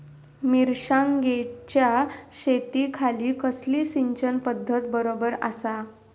मिर्षागेंच्या शेतीखाती कसली सिंचन पध्दत बरोबर आसा?